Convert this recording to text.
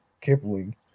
Kipling